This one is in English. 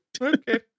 Okay